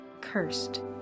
cursed